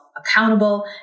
accountable